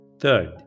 Third